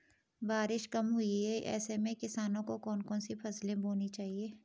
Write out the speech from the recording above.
बारिश कम हुई है ऐसे में किसानों को कौन कौन सी फसलें बोनी चाहिए?